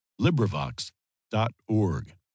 LibriVox.org